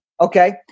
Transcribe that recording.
okay